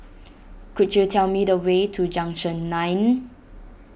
could you tell me the way to Junction nine